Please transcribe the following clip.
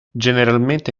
generalmente